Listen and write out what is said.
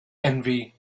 envy